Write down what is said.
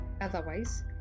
otherwise